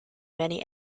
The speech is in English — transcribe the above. many